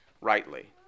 rightly